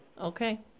Okay